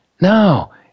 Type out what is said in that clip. no